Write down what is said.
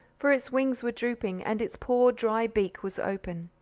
for its wings were drooping, and its poor dry beak was open.